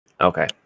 Okay